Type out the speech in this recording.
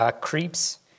creeps